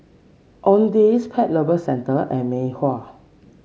Owndays Pet Lovers Centre and Mei Hua